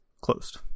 Closed